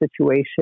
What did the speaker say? situation